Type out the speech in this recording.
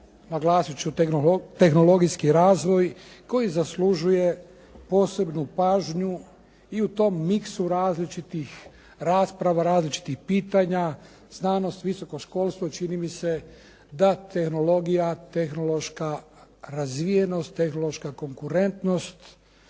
naglasiti ću tehnologijski razvoj koji zaslužuje posebnu pažnju i u tom miksu različitih rasprava, različitih pitanja, znanost, visokoškolstvo čini mi se da tehnologija, tehnološka razvijenost, tehnološka konkurentnost,